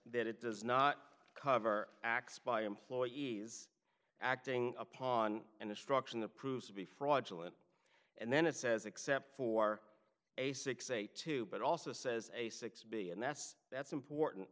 that it does not cover acts by employees acting upon an instruction that proves to be fraudulent and then it says except for a six a two but also says a six b and that's that's important